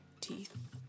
teeth